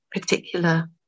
particular